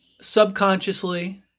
subconsciously